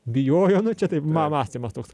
bijojo nu čia taip ma mąstymas toks